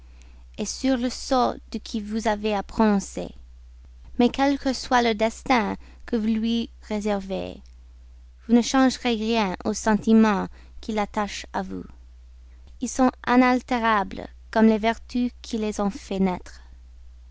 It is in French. livrer sur le sort de qui vous avez à prononcer mais quel que soit le destin que vous lui réservez vous ne changerez rien aux sentiments qui l'attachent à vous ils sont inaltérables comme les vertus qui les ont fait naître